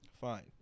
fine